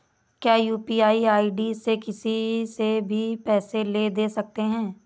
क्या UPI ID से किसी से भी पैसे ले दे सकते हैं?